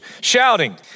shouting